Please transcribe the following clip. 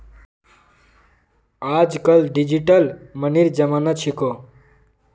आजकल डिजिटल मनीर जमाना छिको